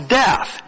death